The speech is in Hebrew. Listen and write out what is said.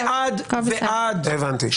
בעצם,